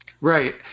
Right